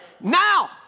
Now